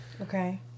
Okay